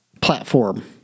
platform